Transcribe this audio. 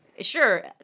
Sure